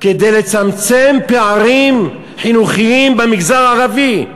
כדי לצמצם פערים חינוכיים במגזר הערבי,